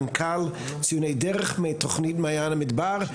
מנכ"ל ציוני דרך מתוכנית מעיין המדבר.